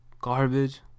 garbage